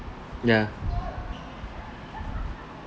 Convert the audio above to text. ya